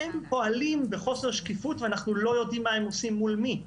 הם פועלים בחוסר שקיפות ואנחנו לא יודעים מה הם עושים ומול מי.